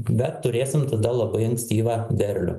bet turėsim tada labai ankstyvą derlių